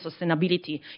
sustainability